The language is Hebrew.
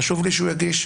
חשוב לי שהוא יגיש?